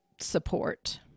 support